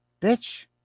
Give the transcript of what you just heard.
Bitch